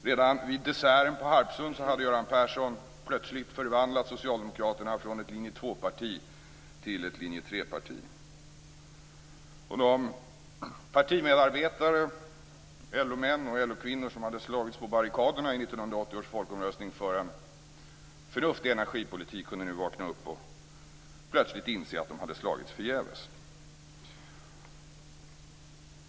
Redan vid desserten på Harpsund hade Göran Persson plötsligt förvandlat Socialdemokraterna från ett linje 2-parti till ett linje 3-parti. De partimedarbetare, LO-män och LO-kvinnor, som hade slagits på barrikaderna i 1980 års folkomröstning för en förnuftig energipolitik kunde nu vakna upp och plötsligt inse att de hade slagits förgäves.